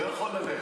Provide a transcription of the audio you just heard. לא יכול ללכת.